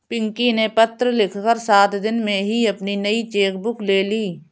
पिंकी ने पत्र लिखकर सात दिन में ही अपनी नयी चेक बुक ले ली